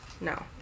No